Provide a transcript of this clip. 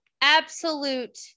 absolute